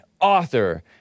author